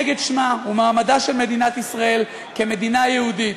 נגד שמה ומעמדה של מדינת ישראל כמדינה יהודית.